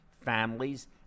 families